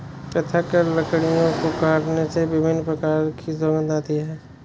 पृथक लकड़ियों को काटने से विभिन्न प्रकार की सुगंध आती है